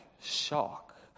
shock